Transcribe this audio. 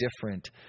different